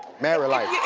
married life.